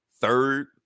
third